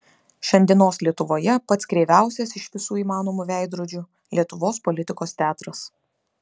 šiandienos lietuvoje pats kreiviausias iš visų įmanomų veidrodžių lietuvos politikos teatras